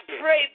pray